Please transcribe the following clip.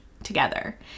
together